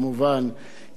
והיועצת המשפטית,